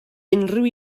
unrhyw